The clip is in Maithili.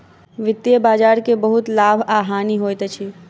वित्तीय बजार के बहुत लाभ आ हानि होइत अछि